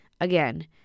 Again